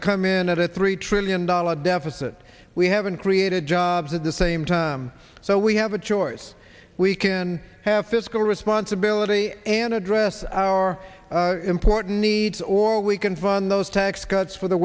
to come in at a three trillion dollar deficit we haven't created jobs at the same time so we have a choice we can have fiscal responsibility and address our important needs or we can fund those tax cuts for the